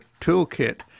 toolkit